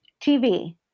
TV